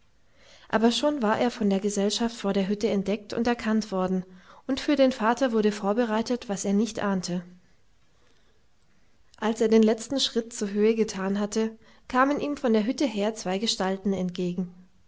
aber schon war er von der gesellschaft vor der hütte entdeckt und erkannt worden und für den vater wurde vorbereitet was er nicht ahnte als er den letzten schritt zur höhe getan hatte kamen ihm von der hütte her zwei gestalten entgegen